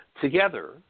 together